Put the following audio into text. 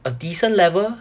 a decent level